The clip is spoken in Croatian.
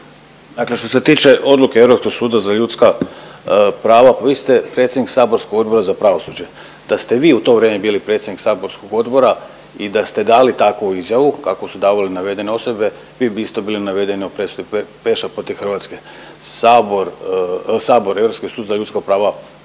što se tiče odluke Europskog suda za ljudska prava, pa vi ste predsjednik saborskog Odbora za pravosuđe. Da ste vi u to vrijeme bili predsjednik saborskog odbora i da ste dali takvu izjavu kakvu su davale navedene osobe vi bi isto bili navedeni u presudi protiv Hrvatske. Sabor i Europski sud za ljuska prava